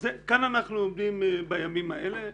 כאן אנחנו עומדים בימים האלה.